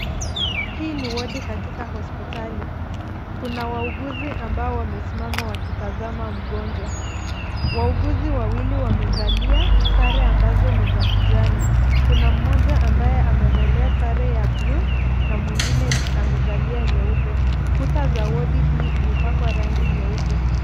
Hii ni wodi katika hospitali. Kuna wauguzi ambao wamesimama wakitazama mgonjwa. Wauguzi wawili wamevalia sare ambazo ni za kijani, kuna mmoja ambaye amevalia sare ya buluu na mwingine amevalia nyeupe. Kuta za wodi hii imepakwa rangi nyeupe.